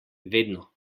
vedno